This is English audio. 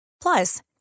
Plus